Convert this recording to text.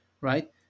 right